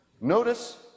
Notice